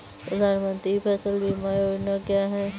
प्रधानमंत्री फसल बीमा योजना क्या है?